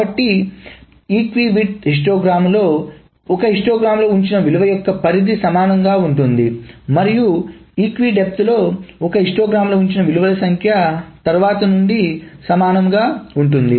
కాబట్టి ఈక్వి వెడల్పు హిస్టోగ్రామ్లో ఒక హిస్టోగ్రామ్లో ఉంచిన విలువ యొక్క పరిధి సమానంగా ఉంటుంది మరియు ఈక్వి డెప్త్లో ఒక హిస్టోగ్రామ్లో ఉంచిన విలువల సంఖ్య తరువాతి నుండి సమానంగా ఉంటుంది